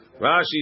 Rashi